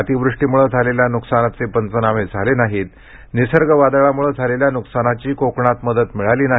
अतिवृष्टीम्ळे झालेल्या न्कसानाचे पंचनामे झाले नाहीत निसर्ग वादळामुळे झालेल्या नुकसानाची कोकणात मदत मिळाली नाही